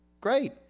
great